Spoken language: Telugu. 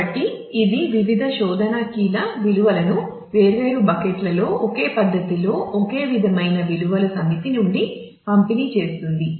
కాబట్టి ఇది వివిధ శోధన కీల విలువలను వేర్వేరు బకెట్లలో ఒకే పద్ధతిలో ఒకే విధమైన విలువల సమితి నుండి పంపిణీ చేస్తుంది